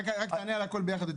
רק תענה על הכול ביחד.